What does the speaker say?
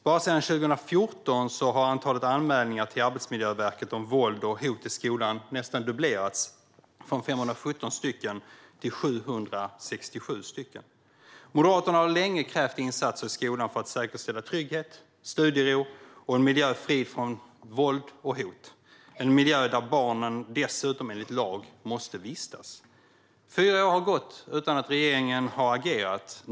Bara sedan 2014 har antalet anmälningar till Arbetsmiljöverket om våld och hot i skolan nästan dubblerats från 517 till 767. Moderaterna har länge krävt insatser i skolan för att säkerställa trygghet, studiero och en miljö fri från våld och hot - en miljö där barnen dessutom måste vistas enligt lag. Fyra år har gått utan att regeringen har agerat.